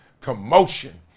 commotion